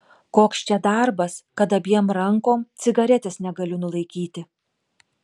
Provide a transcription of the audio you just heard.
koks čia darbas kad abiem rankom cigaretės negaliu nulaikyti